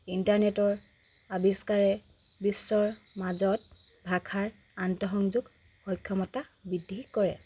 ইণ্টাৰনেটৰ আৱিষ্কাৰে বিশ্বৰ মাজত ভাষাৰ আন্তঃসংযোগ সক্ষমতা বৃদ্ধি কৰে